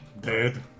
Dead